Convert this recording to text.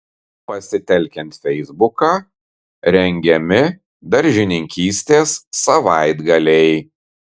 pasitelkiant feisbuką rengiami daržininkystės savaitgaliai